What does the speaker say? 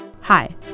Hi